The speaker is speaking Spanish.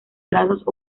trazos